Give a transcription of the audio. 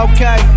Okay